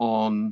on